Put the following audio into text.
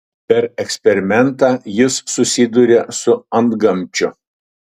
per eksperimentą jis susiduria su antgamčiu